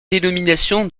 dénomination